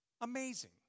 Amazing